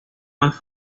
más